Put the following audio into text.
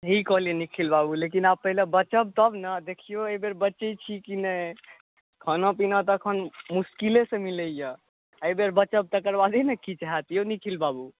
सही कहलियै निखिल बाबू लेकिन आब पहिले बचब तब ने देखियौ एहि बेर बचैत छी की नहि खाना पीना तऽ एखन मुश्किलेसँ मिलैए एहि बेर बचब तकर बादे ने किछु हैत यौ निखिल बाबू